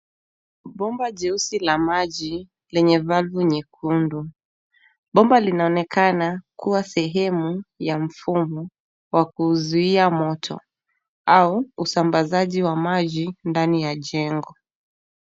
Bomba jeusi la maji lenye valve nyekundu. Bomba linaonekana kuwa sehemu ya mfumo wa kuzuia moto au usambazaji wa maji ndani ya jengo.